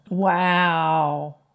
Wow